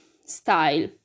style